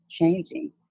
changing